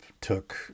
took